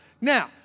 Now